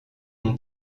mon